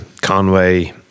Conway